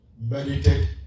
meditate